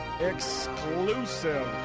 exclusive